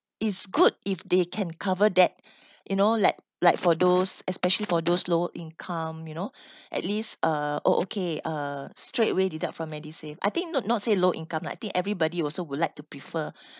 is good if they can cover that you know like like for those especially for those lower income you know at least uh okay uh straight away deduct from medisave I think not not say low income lah I think everybody also would like to prefer